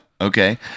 Okay